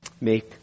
Make